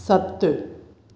सत